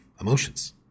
emotions